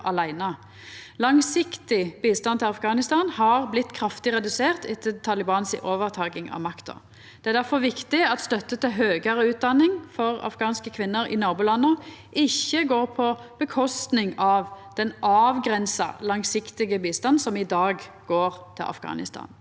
Langsiktig bistand til Afghanistan har blitt kraftig redusert etter Talibans overtaking av makta. Det er difor viktig at støtte til høgare utdanning for afghanske kvinner i nabolanda ikkje går på kostnad av den avgrensa langsiktige bistanden som i dag går til Afghanistan.